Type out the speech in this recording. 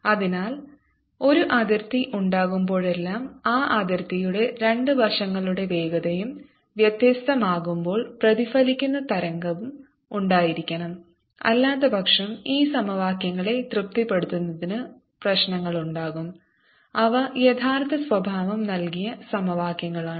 അതിനാൽ ഒരു അതിർത്തി ഉണ്ടാകുമ്പോഴെല്ലാം ആ അതിർത്തിയുടെ രണ്ട് വശങ്ങളുടെ വേഗതയും വ്യത്യസ്തമാകുമ്പോൾ പ്രതിഫലിക്കുന്ന തരംഗവും ഉണ്ടായിരിക്കണം അല്ലാത്തപക്ഷം ഈ സമവാക്യങ്ങളെ തൃപ്തിപ്പെടുത്തുന്നതിന് പ്രശ്നങ്ങളുണ്ടാകും അവ യഥാർത്ഥ സ്വഭാവം നൽകിയ സമവാക്യങ്ങളാണ്